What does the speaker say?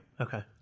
okay